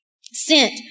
sent